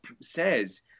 says